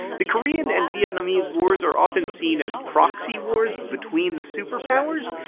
the korean and vietnamese wars are often seen as proxy wars between the superpowers,